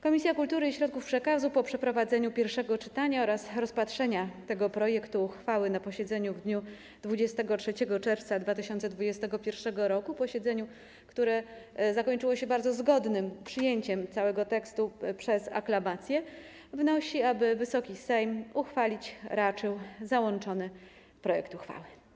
Komisja Kultury i Środków Przekazu, po przeprowadzeniu pierwszego czytania oraz rozpatrzeniu tego projektu uchwały na posiedzeniu w dniu 23 czerwca 2021 r., które zakończyło się bardzo zgodnym przyjęciem całego tekstu przez aklamację, wnosi, aby Wysoki Sejm uchwalić raczył załączony projekt uchwały.